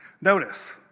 Notice